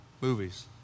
movies